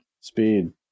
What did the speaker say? Speed